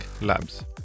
Labs